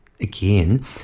Again